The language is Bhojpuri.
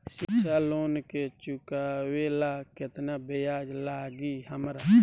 शिक्षा लोन के चुकावेला केतना ब्याज लागि हमरा?